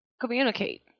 Communicate